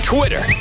Twitter